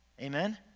Amen